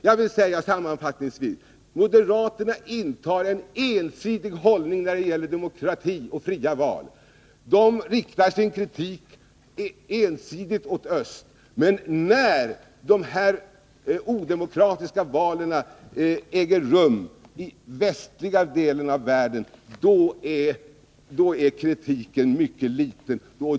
Jag vill sammanfattningsvis säga att moderaterna intar en ensidig hållning till demokrati och fria val. De riktar sin kritik ensidigt mot öst. När odemokratiska val äger rum i den västliga delen av världen är kritiken mycket måttligare.